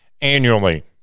annually